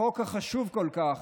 החוק החשוב כל כך,